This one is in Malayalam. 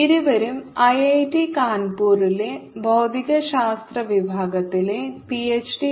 ഇരുവരും ഐഐടി കാൺപൂരിലെ ഭൌതികശാസ്ത്ര വിഭാഗത്തിലെ പിഎച്ച്ഡി